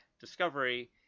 Discovery